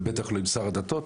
ובטח לא עם שר הדתות,